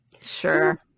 Sure